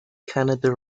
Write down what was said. canada